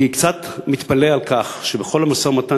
כי אני קצת מתפלא על כך שבכל המשא-ומתן,